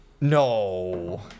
No